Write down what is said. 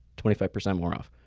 twenty five percent more off.